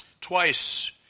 Twice